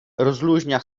rozluźnia